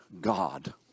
God